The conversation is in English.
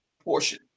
portion